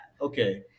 okay